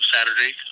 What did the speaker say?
Saturday